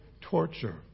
torture